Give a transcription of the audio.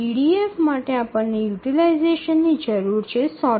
EDF માટે આપણને યુટીલાઈઝેશનની જરૂર છે ૧00